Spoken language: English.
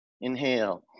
Inhale